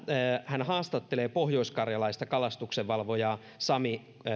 hän haastattelee pohjoiskarjalaista kalastuksenvalvojaa sami